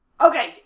okay